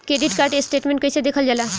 Credit card statement कइसे देखल जाला?